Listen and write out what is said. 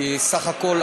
כי סך הכול,